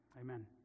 Amen